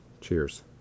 Cheers